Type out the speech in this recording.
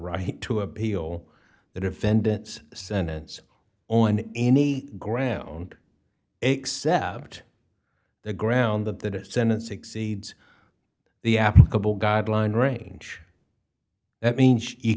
right to appeal the defendant's sentence on any ground except the ground that that sentence exceeds the applicable guideline range that means